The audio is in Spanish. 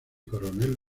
coronel